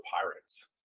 Pirates